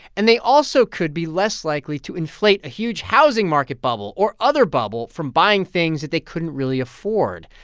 and they also could be less likely to inflate a huge housing market bubble or other bubble from buying things that they couldn't really afford.